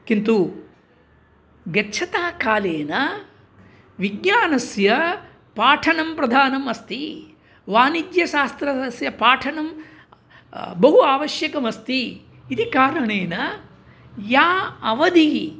किन्तु गच्छतः कालेन विज्ञानस्य पाठनं प्रधानम् अस्ति वाणिज्यशास्त्रस्य पाठनं बहु आवश्यकमस्ति इति कारणेन या अवधिः